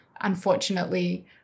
unfortunately